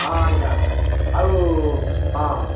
ହଁ ଆଜ୍ଞା ଆଉ ହଁ